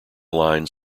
lines